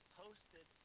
posted